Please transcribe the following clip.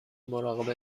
مراقب